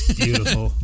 beautiful